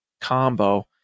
combo